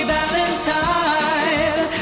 Valentine